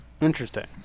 Interesting